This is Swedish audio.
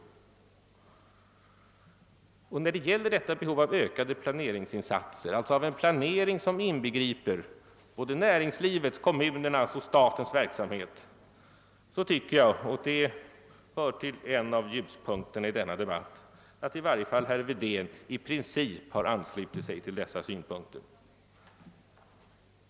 Beträffande detta behov av ökade planeringsinsatser alltså en planering som inbegriper såväl näringslivets som statens och kommunernas verksamhet — så tycker jag mig märka — och det är en av ljuspunkterna i denna debatt — att i varje fall herr Wedén i princip har anslutit sig till dessa synpunkter.